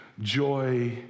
joy